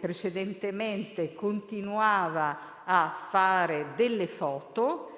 precedentemente e continuava a fare delle foto.